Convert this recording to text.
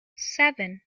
seven